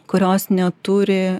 kurios neturi